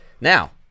now